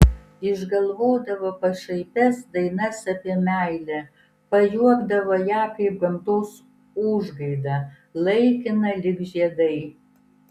išgalvodavo pašaipias dainas apie meilę pajuokdavo ją kaip gamtos užgaidą laikiną lyg žiedai